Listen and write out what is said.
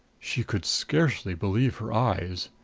she could scarcely believe her eyes.